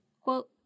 quote